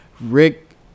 Rick